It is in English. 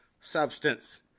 substance